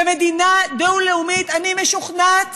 ומדינה דו-לאומית, אני משוכנעת